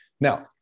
now